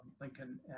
Lincoln